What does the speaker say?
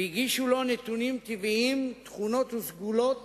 והגישו לו נתונים טבעיים, תכונות וסגולות